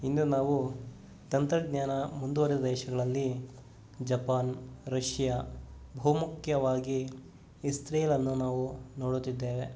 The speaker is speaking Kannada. ಇಂದು ನಾವು ತಂತ್ರಜ್ಞಾನ ಮುಂದುವರಿದ ದೇಶಗಳಲ್ಲಿ ಜಪಾನ್ ರಷ್ಯಾ ಬಹುಮುಖ್ಯವಾಗಿ ಇಸ್ರೇಲನ್ನು ನಾವು ನೋಡುತ್ತಿದ್ದೇವೆ